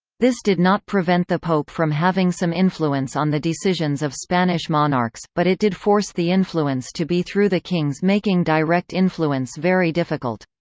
this did not prevent the pope from having some influence on the decisions of spanish monarchs, but it did force the influence to be through the kings making direct influence very difficult.